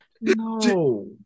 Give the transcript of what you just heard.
No